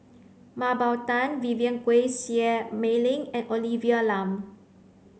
Mah Bow Tan Vivien Quahe Seah Mei Lin and Olivia Lum